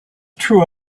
true